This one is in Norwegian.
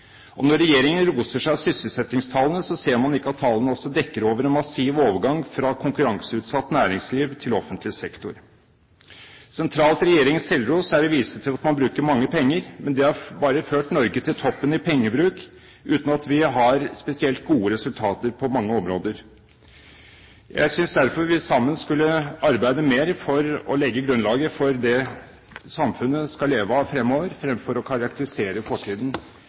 skolefag. Når regjeringen roser seg av sysselsettingstallene, ser man ikke at tallene dekker over en massiv overgang fra konkurranseutsatt næringsliv til offentlig sektor. Sentralt i regjeringens selvros er å vise til at man bruker mange penger, men det har bare ført Norge til toppen i pengebruk, uten at vi har spesielt gode resultater på mange områder. Jeg synes derfor at vi sammen skulle arbeide mer for å legge grunnlaget for det samfunnet skal leve av fremover, fremfor å karakterisere fortiden